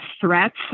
threats